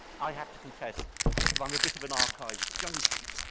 i have to confess because i'm a bit of an archives junkie.